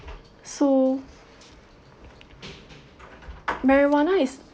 so marijuana is